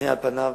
על פניו